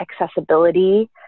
accessibility